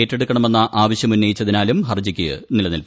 ഏറ്റെടുക്കണമെന്ന ആവശ്യം ഉന്നയിച്ചതിനാലും ഹർജിക്ക് നിലനിൽപ്പില്ല